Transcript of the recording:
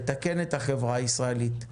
לתקן את החברה הישראלית,